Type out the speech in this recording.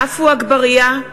(קוראת בשמות חברי הכנסת) עפו עגבאריה,